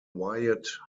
wyatt